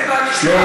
אפשר שאלה